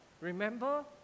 Remember